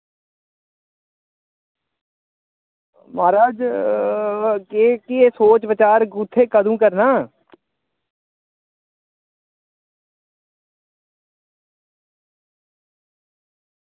महाराज केह् सोच बचार कु'त्थें कदूं करना